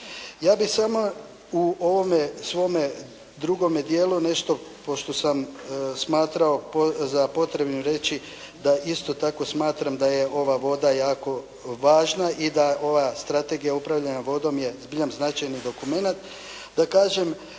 Ja bih samo u ovome svome drugome dijelu nešto pošto sam smatrao za potrebnim reći da isto tako smatram da je ova voda jako važna i da ova Strategija upravljanja vodom je zbilja značajni dokumenat da kažem